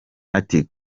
ati